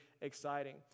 exciting